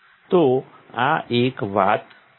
તો આ એક વાત છે